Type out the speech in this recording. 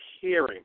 hearing